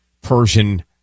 Persian